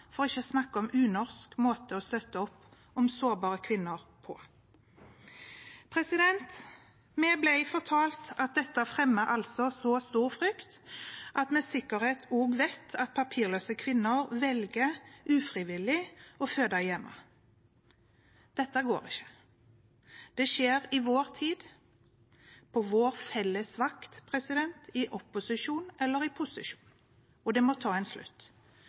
ikke snakke om unorsk – måte å støtte opp om sårbare kvinner på. Vi ble fortalt, og dette vet vi med sikkerhet, at dette fremmer så stor frykt at papirløse kvinner velger – ufrivillig – å føde hjemme. Dette går ikke. Det skjer i vår tid, på vår felles vakt – i opposisjon eller i posisjon – og det må ta en slutt.